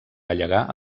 llegar